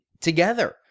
together